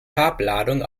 farbladung